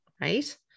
right